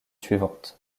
suivantes